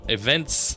events